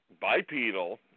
bipedal